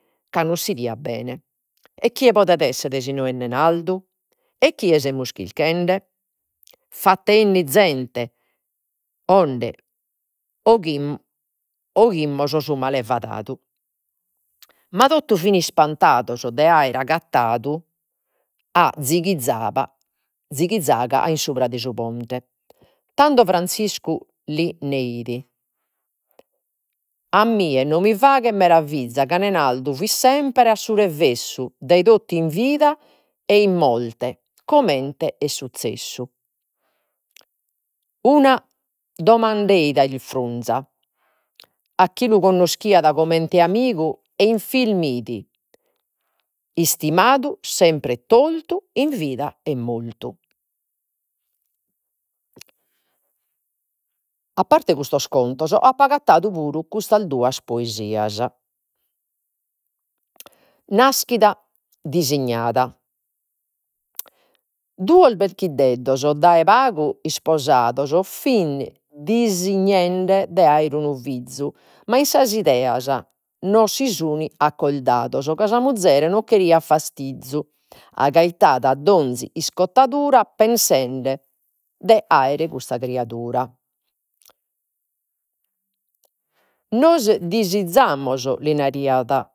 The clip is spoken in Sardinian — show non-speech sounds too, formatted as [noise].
Ca no s'idiat bene. E chie podet essere si no est Nenaldu. E chie semus chilchende. Fattein, zente [hesitation] [unintelligible] su malevadadu. Ma totu fin ispantados de aere agattadu a zighizaga a in subra de su ponte. Tando Franziscu lis neit. A mie non mi faghet meraviza, ca Nenaldu fit sempre a su revessu dai totu in vida e in morte, comente est suzzessu. Una domandeit a isfrunza, a chi lu connoschiat comente amigu e [unintelligible] istimadu sempre tortu, in vida e mortu. A parte custos conto apo agattadu puru custas duas poesias. Naschida dissignada. Duos berchiddesos dae pagu isposados fin dissignende de aere unu fizu ma in sas 'ideas no si sun accordados ca sa muzere no cheriat fastizu, [unintelligible] 'onzi iscottadura pensende de aere cussa criadura. [hesitation] disizamos li naraiat